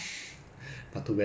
shag man